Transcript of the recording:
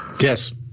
Yes